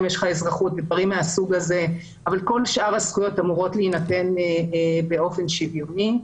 כל שאר הזכויות אמורות להינתן באופן שוויוני.